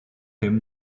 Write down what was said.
him